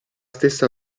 stessa